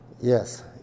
Yes